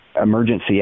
emergency